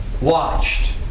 watched